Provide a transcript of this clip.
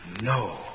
no